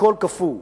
הכול קפוא,